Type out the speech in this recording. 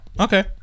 Okay